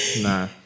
Nah